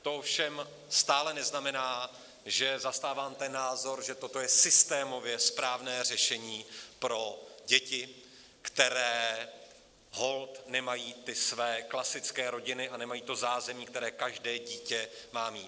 To ovšem stále neznamená, že zastávám názor, že toto je systémově správné řešení pro děti, které holt nemají ty své klasické rodiny a nemají to zázemí, které každé dítě má mít.